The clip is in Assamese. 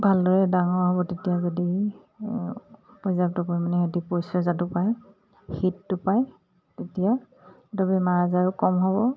ভালদৰে ডাঙৰ হ'ব তেতিয়া যদি পৰ্যাপ্ত পৰিমাণে সিহঁতি পৰিচৰ্যাটো পায় শীতটো পায় তেতিয়া সিহঁতৰ আজাৰো কম হ'ব